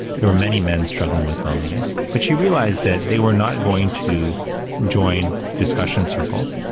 there were many men struggling with loneliness, but she realized that they were not going to join discussion circles.